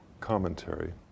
commentary